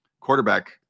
quarterback